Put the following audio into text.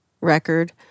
record